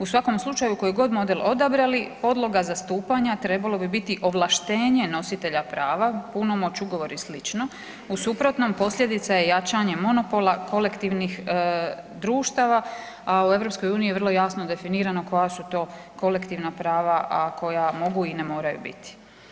U svakom slučaju koji god model odabrali podloga zastupanja trebalo bi biti ovlaštenje nositelja prava punomoć, ugovor i slično, u suprotnom posljedica je jačanje monopola kolektivnih društava, a u EU je vrlo jasno definirano koja su to kolektivna prava, a koja mogu i ne moraju biti.